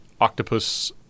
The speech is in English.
octopus